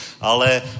ale